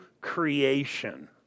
creation